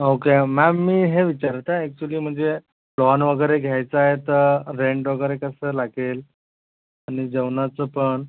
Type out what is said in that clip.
okay ma'am मी हे विचारत आहे ॲक्च्युली म्हणजे लॉन वगैरे घ्यायचं आहे तर रेंट वगैरे कसं लागेल आणि जेवणाचं पण